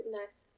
nice